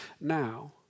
now